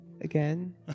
again